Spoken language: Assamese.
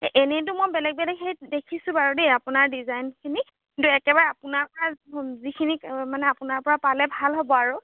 এনেইটো মই বেলেগ বেলেগ সেই দেখিছোঁ বাৰু দেই আপোনাৰ ডিজাইনখিনি কিন্তু একেবাৰে আপোনাৰ পৰা যিখিনি মানে আপোনাৰ পৰা পালে ভাল হ'ব আৰু